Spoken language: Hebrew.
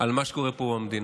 על מה שקורה פה במדינה.